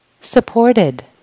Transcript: Supported